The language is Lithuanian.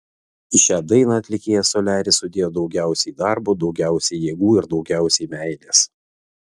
į šią dainą atlikėjas soliaris sudėjo daugiausiai darbo daugiausiai jėgų ir daugiausiai meilės